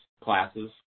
classes